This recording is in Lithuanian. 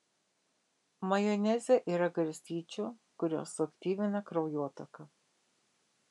majoneze yra garstyčių kurios suaktyvina kraujotaką